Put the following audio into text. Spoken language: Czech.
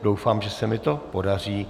Doufám, že se mi to podaří.